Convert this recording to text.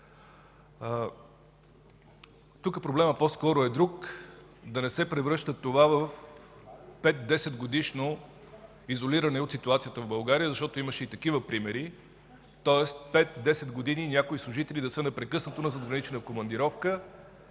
Тук проблемът по-скоро е друг – да не се превръща това в пет-десетгодишно изолиране от ситуацията в България, защото имаше и такива примери, тоест 5-10 години някои служители да са непрекъснато на задгранична командировка